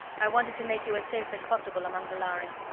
i wanted to make you as safe as possible among the lhari.